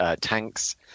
tanks